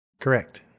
Correct